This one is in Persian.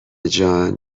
جان